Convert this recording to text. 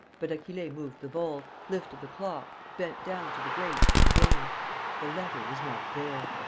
but achille moved the bowl, lifted the clock, bent down to the grate, in vain the letter was not there.